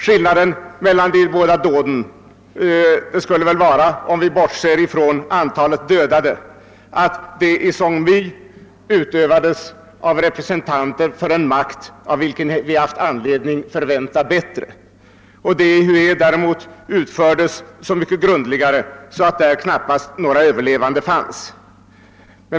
Skillnaden mellan de båda dåden skulle väl vara, om vi bortser från antalet dödade, att det i Song My förövades av representanter för en makt, av vilken vi haft anledning förvänta bättre, medan det i Hué däremot utfördes så mycket grundligare, så att där knappast några överlevande fanns.